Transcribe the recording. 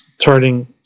turning